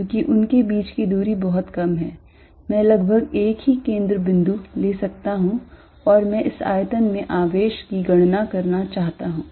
क्योंकि उनके बीच की दूरी बहुत कम है मैं लगभग एक ही केंद्र बिंदु ले सकता हूं और मैं इस आयतन में आवेश की गणना करना चाहता हूं